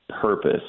purpose